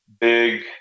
big